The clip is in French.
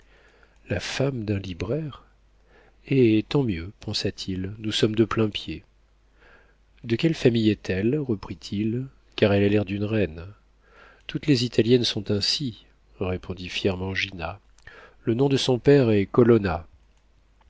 la femme d'un libraire eh tant mieux pensa-t-il nous sommes de plain-pied de quelle famille est-elle reprit-il car elle a l'air d'une reine toutes les italiennes sont ainsi répondit fièrement gina le nom de son père est colonna